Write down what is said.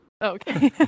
okay